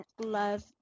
Love